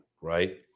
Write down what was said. right